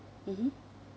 mmhmm